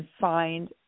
find